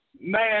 Man